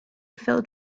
filled